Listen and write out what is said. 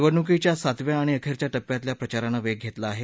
निवडणुकीच्या सातव्या आणि अखेरच्या टप्प्यातल्या प्रचारानं वेग घेतला आहे